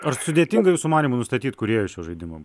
ar sudėtinga jūsų manymu nustatyt kūrėjus šio žaidimo